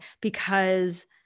because-